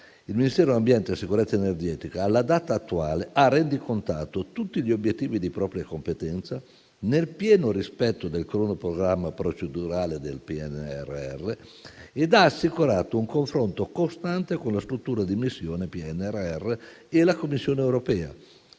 il Ministero dell'ambiente e della sicurezza energetica, alla data attuale, ha rendicontato tutti gli obiettivi di propria competenza, nel pieno rispetto del cronoprogramma procedurale del PNRR, e ha assicurato un confronto costante con la Struttura di missione PNRR e la Commissione europea,